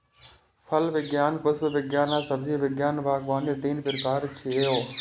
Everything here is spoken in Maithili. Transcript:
फल विज्ञान, पुष्प विज्ञान आ सब्जी विज्ञान बागवानी तीन प्रकार छियै